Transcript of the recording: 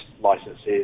licenses